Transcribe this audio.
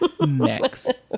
next